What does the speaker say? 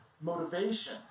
motivation